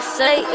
say